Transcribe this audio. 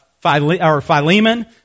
Philemon